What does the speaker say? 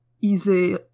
easy